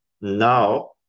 now